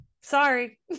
sorry